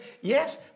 Yes